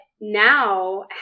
now